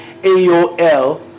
AOL